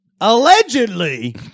Allegedly